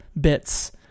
bits